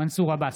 מנסור עבאס,